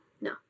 No